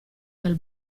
dal